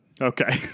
Okay